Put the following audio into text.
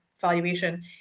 valuation